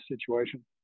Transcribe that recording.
situation